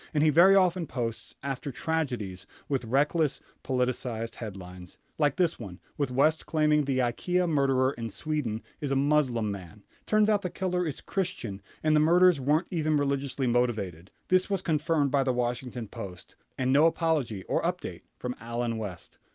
and he very often posts after tragedies with reckless, politicized headlines. like this one with west claiming the ikea murderer in sweden is a muslim man. turns out the killer is christian, and the murders weren't even religiously motivated. this was confirmed by the washington post. and no apology or update from allen west.